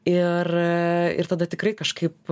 ir ir tada tikrai kažkaip